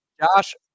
Josh